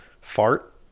Fart